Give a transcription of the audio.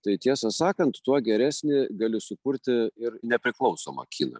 tai tiesą sakant tuo geresnį gali sukurti ir nepriklausomą kiną